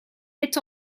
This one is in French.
est